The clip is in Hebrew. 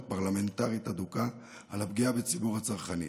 פרלמנטרית הדוקה על הפגיעה בציבור הצרכנים.